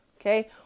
Okay